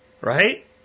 Right